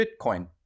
Bitcoin